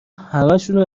همشونو